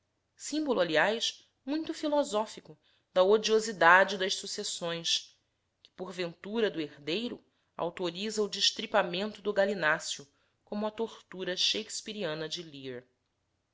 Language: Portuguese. símbolo aliás muito filosófico da odiosidade das sucessões que por ventura do herdeiro autoriza o destripamento do galináceo como a tortura skakespeariana de lear